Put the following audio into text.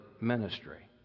ministry